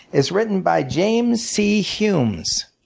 it's written by james. c. humes.